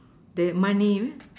the money